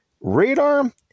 Radar